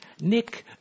Nick